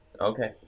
Okay